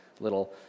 little